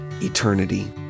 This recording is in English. eternity